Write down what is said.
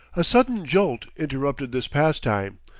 a sudden jolt interrupted this pastime,